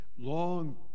long